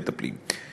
מטפלים.